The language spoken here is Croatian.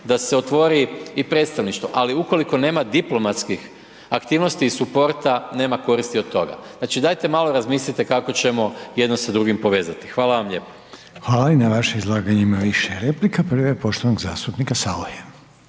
da se otvori i predstavništvo, ali ukoliko nema diplomatskih aktivnosti i suporta nema koristi od toga. Znači, dajte malo razmislite kako ćemo jedno sa drugim povezati. Hvala vam lijepo. **Reiner, Željko (HDZ)** Hvala. I na vaše izlaganje ima više replika, prvi je poštovanog zastupnika Sauche.